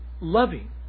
loving